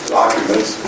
documents